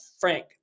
Frank